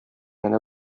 генә